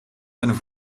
een